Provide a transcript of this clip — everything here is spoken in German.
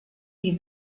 die